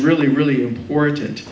really really important